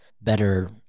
better